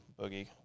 boogie